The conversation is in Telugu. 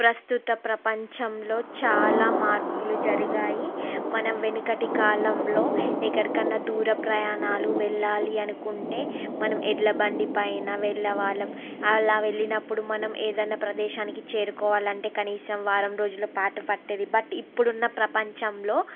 ప్రస్తుత ప్రపంచంలో చాలా మార్పులు జరిగాయి మనం వెనుకటి కాలంలో ఎక్కడికి అయినా దూర ప్రయాణాలు వెళ్ళాలి అనుకుంటే మనం ఎడ్ల బండి పైన వెళ్ళవాళ్ళం ఆలా వెళ్ళినప్పుడు మనం ఏదైనా ప్రదేశానికి చేరుకోవాలంటే కనీసం వారం రోజులు పాటు పట్టేది బట్ ఇప్పుడున్న ప్రపంచంలో